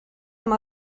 amb